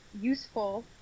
Useful